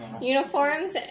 uniforms